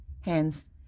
Hence